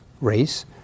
race